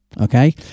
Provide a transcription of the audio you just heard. Okay